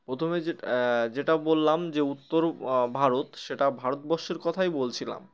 প্রথমে যে যেটা বললাম যে উত্তর ভারত সেটা ভারতবর্ষের কথাই বলছিলাম